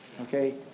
Okay